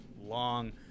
long –